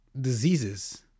diseases